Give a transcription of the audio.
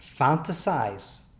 fantasize